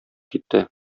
китте